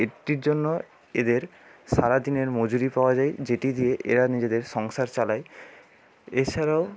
এটির জন্য এদের সারা দিনের মজুরি পাওয়া যায় যেটি দিয়ে এরা নিজেদের সংসার চালায় এছাড়াও